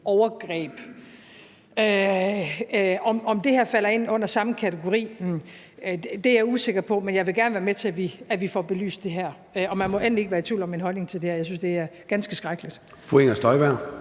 overgreb. Om det her falder ind under samme kategori, er jeg usikker på. Men jeg vil gerne være med til, at vi får belyst det her. Og man må endelig ikke være i tvivl om min holdning til det her; jeg synes, det er ganske skrækkeligt.